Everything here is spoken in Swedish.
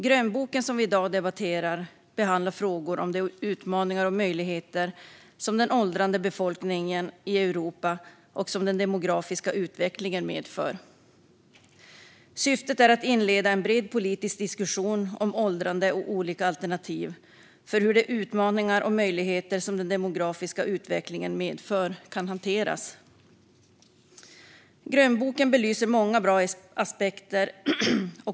Grönboken som vi i dag debatterar behandlar frågor om de utmaningar och möjligheter som den åldrande befolkningen i Europa och den demografiska utvecklingen medför. Syftet är att inleda en bred politisk diskussion om åldrande och olika alternativ för hur de utmaningar och möjligheter som den demografiska utvecklingen medför kan hanteras. Grönboken belyser många bra aspekter.